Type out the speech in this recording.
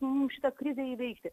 mum šitą krizę įveikti